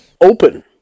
open